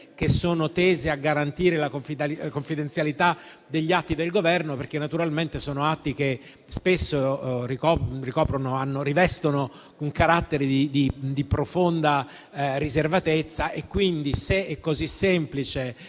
che sono tese a garantire la confidenzialità degli atti del Governo, perché si tratta di atti che spesso rivestono un carattere di profonda riservatezza. Se è così semplice